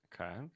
Okay